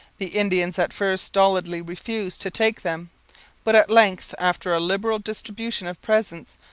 the indians at first stolidly refused to take them but at length, after a liberal distribution of presents,